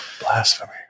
blasphemy